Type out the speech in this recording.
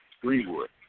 Greenwood